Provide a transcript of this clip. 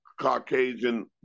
Caucasian